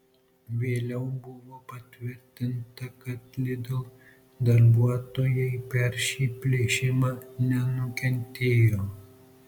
vėliau buvo patvirtinta kad lidl darbuotojai per šį plėšimą nenukentėjo